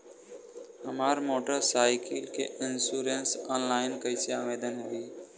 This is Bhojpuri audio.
हमार मोटर साइकिल के इन्शुरन्सऑनलाइन कईसे आवेदन होई?